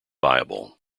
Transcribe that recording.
viable